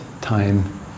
time